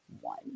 one